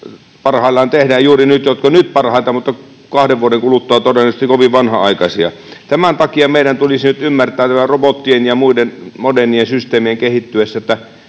parhaillaan tehdään juuri nyt, ovat nyt parhaita mutta kahden vuoden kuluttua todennäköisesti kovin vanhanaikaisia. Tämän takia meidän tulisi nyt ymmärtää robottien ja muiden modernien systeemien kehittyessä, että